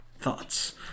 Thoughts